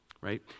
right